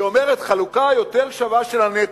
היא אומרת חלוקה יותר שווה של הנטל,